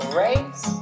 race